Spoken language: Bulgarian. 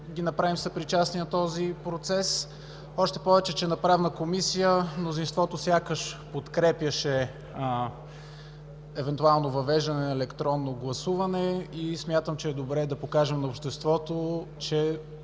ги направим съпричастни на този процес. Още повече, че на заседание на Правна комисия мнозинството сякаш подкрепяше евентуално въвеждане на електронно гласуване. Смятам, че е добре да покажем на обществото, че